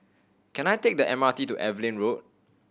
can I take the M R T to Evelyn Road